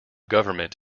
government